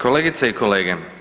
Kolegice i kolege.